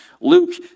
Luke